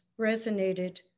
resonated